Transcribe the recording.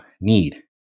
need